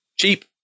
cheap